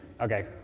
Okay